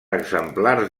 exemplars